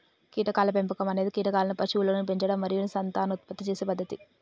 కీటకాల పెంపకం అనేది కీటకాలను పశువులుగా పెంచడం మరియు సంతానోత్పత్తి చేసే పద్ధతి